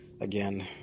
again